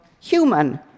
human